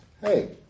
Hey